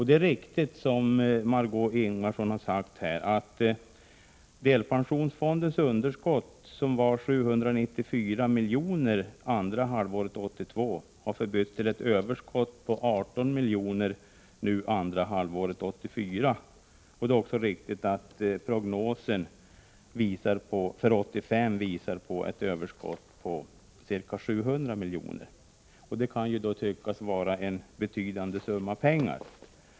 Det är riktigt, som Margö Ingvardsson har sagt, att delpensionsfondens underskott, som var 794 milj.kr. andra halvåret 1982, har förbytts i ett överskott på 18 milj.kr. andra halvåret 1984. Det är också riktigt att prognosen för 1985 visar på ett överskott på ca 700 milj.kr. Det kan tyckas vara en betydande summa pengar.